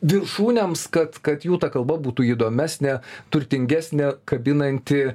viršūnėms kad kad jų ta kalba būtų įdomesnė turtingesnė kabinanti